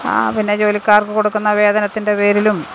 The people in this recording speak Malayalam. പിന്നെ ജോലിക്കാർക്ക് കൊടുക്കുന്ന വേദനത്തിൻ്റെ പേരിലും